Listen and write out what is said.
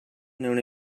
known